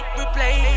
replay